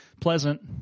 pleasant